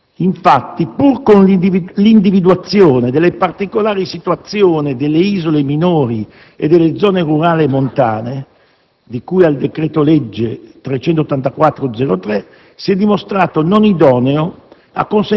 infatti, pur con l'individuazione delle «particolari situazioni delle isole minori e delle zone rurali e montane», di cui al decreto legislativo n. 384 del 2003, si è dimostrato non idoneo